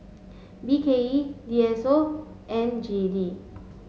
B K E D S O and G E D